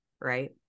right